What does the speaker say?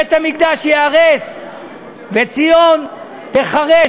בית-המקדש ייהרס וציון תיחרש,